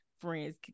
friends